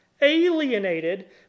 alienated